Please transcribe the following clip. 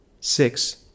Six